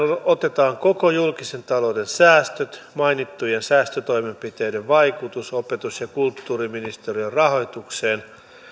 otetaan koko julkisen talouden säästöt mainittujen säästötoimenpiteiden vaikutus opetus ja kulttuuriministeriön rahoitukseen